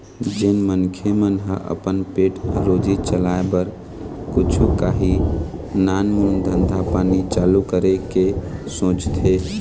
जेन मनखे मन ह अपन पेट रोजी चलाय बर कुछु काही नानमून धंधा पानी चालू करे के सोचथे